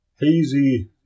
Hazy